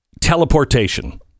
teleportation